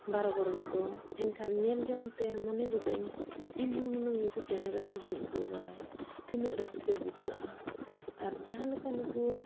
ᱵᱟᱨᱚ ᱜᱚᱨᱚᱱ ᱠᱚ ᱮᱱᱠᱷᱟᱱ ᱧᱮᱞ ᱡᱚᱝ ᱛᱮ ᱢᱚᱱᱮ ᱜᱚᱫᱟᱹᱧ ᱤᱧᱦᱚᱸ ᱦᱩᱱᱟᱹᱝ ᱱᱩᱠᱩ ᱪᱮᱬᱮ ᱞᱮᱠᱟ ᱜᱤᱧ ᱩᱰᱟᱹᱣ ᱵᱟᱲᱟᱭᱟ ᱛᱤᱱᱟᱹᱜ ᱨᱟᱹᱥᱠᱟᱹ ᱵᱩᱡᱷᱟᱹᱜᱼᱟ ᱟᱨ ᱡᱟᱦᱟᱸ ᱞᱮᱠᱟ ᱱᱩᱠᱩ